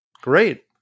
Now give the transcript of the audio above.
Great